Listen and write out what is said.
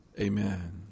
amen